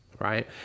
right